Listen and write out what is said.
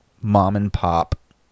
mom-and-pop